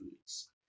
foods